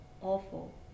awful